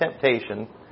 temptation